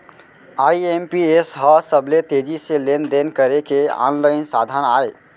IMPS ह सबले तेजी से लेन देन करे के आनलाइन साधन अय